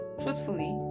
truthfully